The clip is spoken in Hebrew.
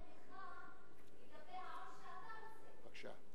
אז העונש הזה הוא בדיחה לגבי העונש שאתה רוצה.